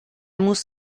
muss